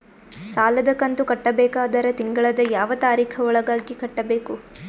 ಸಾಲದ ಕಂತು ಕಟ್ಟಬೇಕಾದರ ತಿಂಗಳದ ಯಾವ ತಾರೀಖ ಒಳಗಾಗಿ ಕಟ್ಟಬೇಕು?